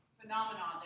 phenomenon